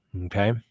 Okay